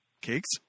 Cakes